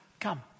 come